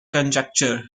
conjecture